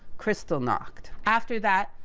kristallnacht. after that,